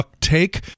take